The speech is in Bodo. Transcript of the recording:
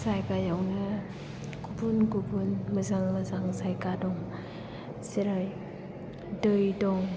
जायगायावनो गुबुन गुबुन मोजां मोजां जायगा दं जेरै दै दं